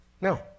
No